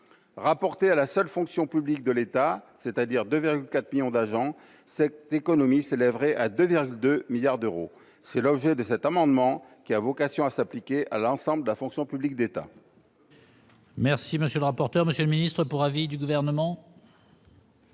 rapportés à la seule fonction publique de l'État, c'est-à-dire 2 4 millions d'agents, cette économiste élèverait à 2 2 milliards d'euros, c'est l'objet de cet amendement qui a vocation à s'appliquer à l'ensemble de la fonction publique d'État. Merci, monsieur le rapporteur, monsieur le ministre, pour avis du gouvernement.